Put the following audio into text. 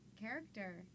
character